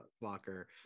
locker